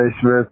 Smith